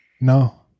No